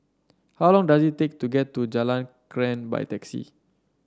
how long does it take to get to Jalan Krian by taxi